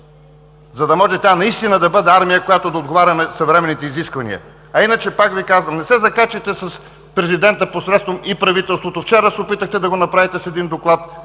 за да може тя наистина да бъде армия, която да отговаря на съвременните изисквания. А иначе, пак Ви казвам, не се закачайте с президента посредством и правителството. Вчера се опитахте да го направите с един доклад